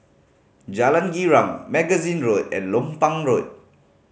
Jalan Girang Magazine Road and Lompang Road